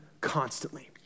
Constantly